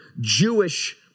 Jewish